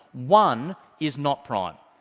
one is not prime.